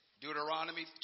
Deuteronomy